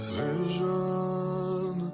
vision